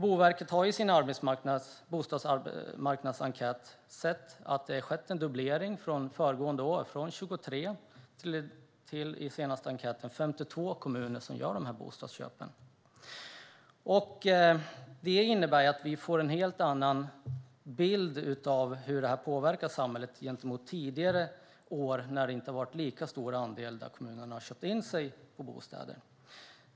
Boverket har i sin senaste bostadsmarknadsenkät sett att det skett en dubblering från föregående år från 23 till 52 kommuner som gör dessa bostadsköp. Detta innebär att vi får en annan bild av hur detta påverkar samhället. Tidigare år har det inte varit lika stor andel kommuner som har köpt in bostäder.